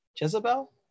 Jezebel